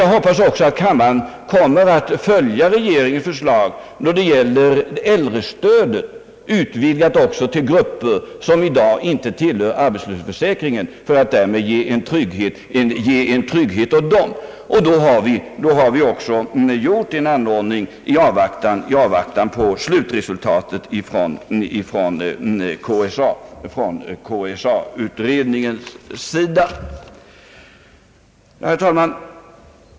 Jag hoppas också att kammaren kommer att följa regeringens förslag beträffande äldrestödet, utvidgat till att även omfatta grupper som i dag inte tillhör arbetslöshetsförsäkringen för att ge trygghet åt dem. Därmed har vi också infört en anordning i avvaktan på slutresultatet av KSA-utredningens arbete.